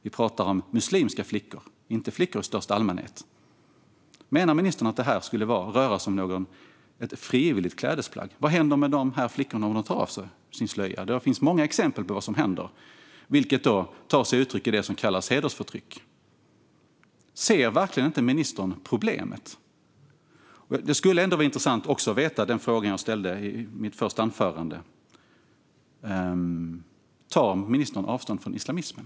Vi pratar om muslimska flickor, inte om flickor i största allmänhet. Menar ministern att det skulle röra sig om ett frivilligt klädesplagg? Vad händer med de här flickorna om de tar av sig sin slöja? Det finns många exempel på vad som händer - det tar sig uttryck i det som kallas hedersförtryck. Ser verkligen inte ministern problemet? Det skulle också vara intressant att få höra svaret på den fråga jag ställde i mitt första anförande: Tar ministern avstånd från islamismen?